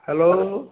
hello